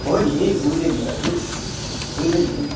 हो नि बुझेँ नि दाजु बुझेँ नि